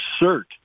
assert